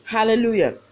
Hallelujah